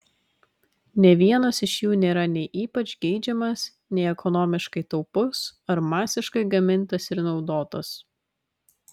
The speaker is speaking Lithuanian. nė vienas iš jų nėra nei ypač geidžiamas nei ekonomiškai taupus ar masiškai gamintas ir naudotas